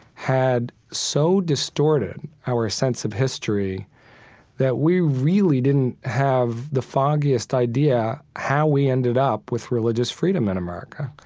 had so distorted our sense of history that we really didn't have the foggiest idea how we ended up with religious freedom in america.